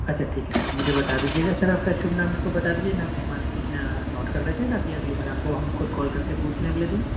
اچھا ٹھیک ہے سر مجھے بتا دیجیے گا سر آپ کا شبھ نام میرے کو بتا دیجیے میں آپ کا ہمارے کو نوٹ کر لیتے ہیں تاکہ اگلی بار آپ کو ہم خود کال کر کے پوچھ لیں اگلے دِن